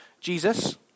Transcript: Jesus